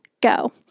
go